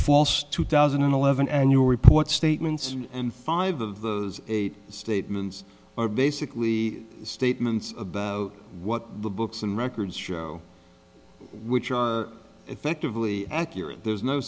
false two thousand and eleven and you report statements and five of those eight statements are basically statements about what the books and records show which are effectively accurate there's no